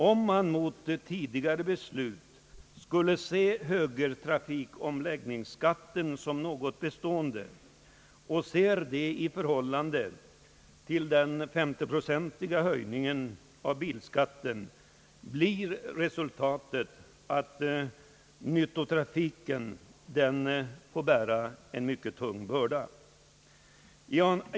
Om man mot tidigare beslut skulle se högertrafikomläggningsskatten som något bestående och se det i förhållande till den 50-procentiga höjningen av bilskatten, blir resultatet att nyttotrafiken får bära en mycket tung börda.